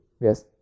Yes